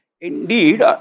indeed